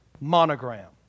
monogram